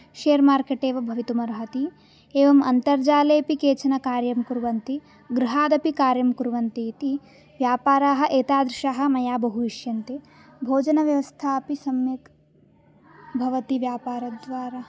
share market एव भवितुमर्हति एवम् अन्तर्जालेपि केचन कार्यं कुर्वन्ति गृहादपि कार्यं कुर्वन्ति इति व्यापाराः एतादृशः मया बहु इष्यन्ते भोजनव्यवस्था अपि सम्यक् भवति व्यापारद्वारा